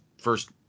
first